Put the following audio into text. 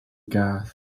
gath